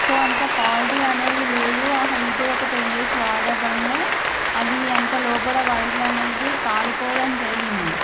so అంత quality అనేది లేదు ఆ హీటర్ ఒక టెన్ డేస్ వాడటం వలనే అది అంత లోపట వైర్లు అనేది కాలిపోవడం జరిగింది